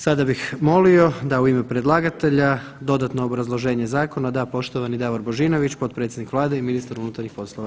Sada bih molio da u ime predlagatelja dodatno obrazloženje zakona da poštovani Davor Božinović, potpredsjednik Vlade i ministar unutarnjih poslova.